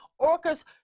orcas